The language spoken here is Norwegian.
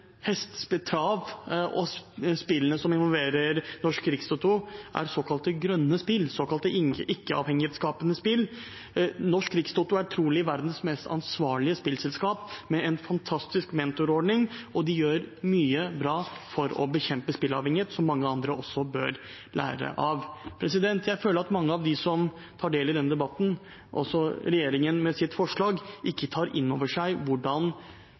og spillene som involverer Norsk Rikstoto, er såkalte grønne spill, såkalte ikke-avhengighetsskapende spill. Norsk Rikstoto er trolig verdens mest ansvarlige spillselskap, med en fantastisk mentorordning, og de gjør mye bra for å bekjempe spillavhengighet, noe mange andre også bør lære av. Jeg føler at mange av dem som tar del i denne debatten, også regjeringen med sitt forslag, ikke tar inn over seg hvordan